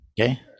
Okay